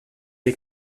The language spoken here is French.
les